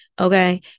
Okay